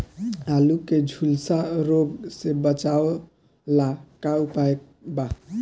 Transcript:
आलू के झुलसा रोग से बचाव ला का उपाय बा?